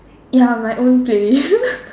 ya my own playlist